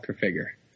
figure